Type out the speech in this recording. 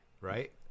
right